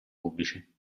pubblici